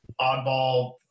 oddball